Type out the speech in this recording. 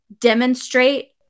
demonstrate